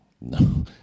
No